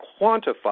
quantify